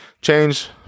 change